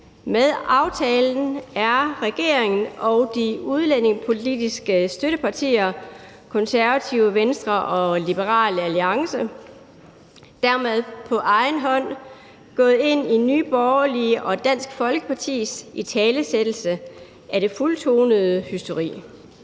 Med aftalen er regeringen og de udlændingepolitiske støttepartier, Konservative, Venstre og Liberal Alliance, dermed på egen hånd gået ind i Nye Borgerlige og Dansk Folkepartis italesættelse af det fuldtonede hysteri.